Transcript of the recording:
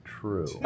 true